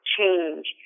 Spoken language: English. change